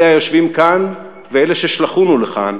אלה היושבים כאן ואלה ששלחונו לכאן,